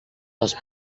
les